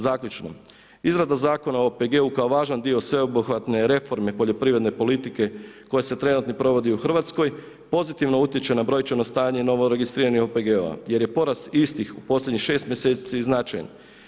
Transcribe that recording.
Zaključno, izrada Zakona o OPG-u kao važan dio sveobuhvatne reforme poljoprivredne politike koja se trenutno provodi u Hrvatskoj, pozitivno utječe na brojčano stanje novoregistriranih OPG-ova je porast istih u posljednjih 6 mjeseci značajan.